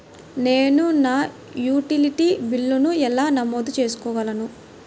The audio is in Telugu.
నేను నా యుటిలిటీ బిల్లులను ఎలా నమోదు చేసుకోగలను?